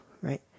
right